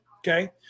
Okay